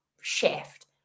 shift